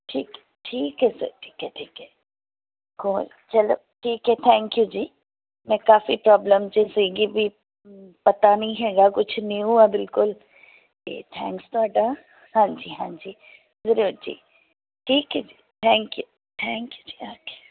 ਠੀਕ ਹੈ ਸਰ ਠੀਕ ਹੈ ਠੀਕ ਹੈ ਠੀਕ ਹੈ ਕਾਲ ਚਲੋ ਠੀਕ ਹੈ ਥੈਂਕ ਯੂ ਜੀ ਮੈਂ ਕਾਫ਼ੀ ਪ੍ਰੋਬਲਮ 'ਚ ਸੀਗੀ ਵੀ ਪਤਾ ਨਹੀਂ ਹੈਗਾ ਕੁਛ ਨਿਊ ਹਾਂ ਬਿਲਕੁਲ ਅਤੇ ਥੈਂਕਸ ਤੁਹਾਡਾ ਹਾਂਜੀ ਹਾਂਜੀ ਜ਼ਰੂਰ ਜੀ ਠੀਕ ਹੈ ਜੀ ਥੈਂਕ ਯੂ ਜੀ ਥੈਂਕ ਯੂ ਜੀ ਹਾਂਜੀ